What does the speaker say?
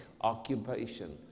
occupation